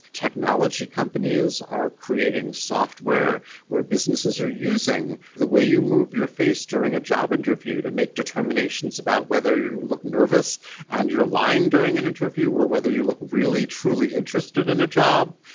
technology companies are creating software where businesses are using the way you move your face during a job interview to make determinations about whether you look nervous and you're lying during an interview or whether you look really, truly interested in a job.